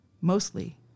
mostly